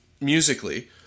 musically